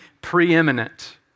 preeminent